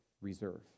reserve